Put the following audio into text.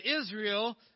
Israel